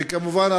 וכמובן,